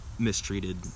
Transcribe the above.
Mistreated